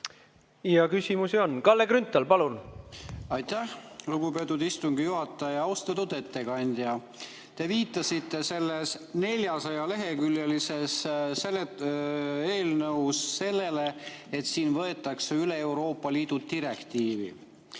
Ja küsimusi on. Kalle Grünthal, palun! Aitäh, lugupeetud istungi juhataja! Austatud ettekandja! Te viitasite selles 400-leheküljelises eelnõus sellele, et siin võetakse üle Euroopa Liidu direktiiv.